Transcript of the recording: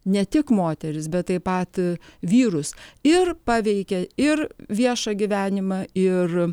ne tik moteris bet taip pat vyrus ir paveikė ir viešą gyvenimą ir